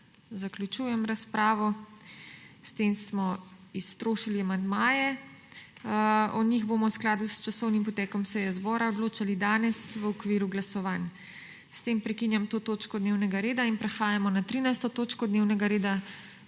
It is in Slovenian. Zaključujem razpravo. S tem smo iztrošili amandmaje. O njih bomo v skladu s časovnim potekom seje zbora odločali danes v okviru glasovanj. S tem prekinjam to točko dnevnega reda. Prehajamo na **13. TOČKO DNEVNEGA